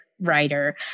writer